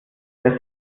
der